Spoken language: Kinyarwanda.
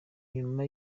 nyuma